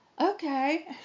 okay